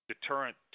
deterrent